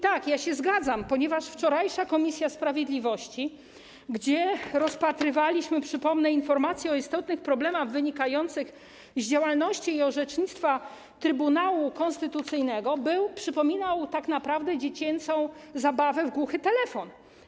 Tak, zgadzam się, ponieważ wczorajsze posiedzenie komisji sprawiedliwości, na którym rozpatrywaliśmy, przypomnę, informacje o istotnych problemach, wynikających z działalności i orzecznictwa Trybunału Konstytucyjnego, przypominało tak naprawdę dziecięcą zabawę w głuchy telefon.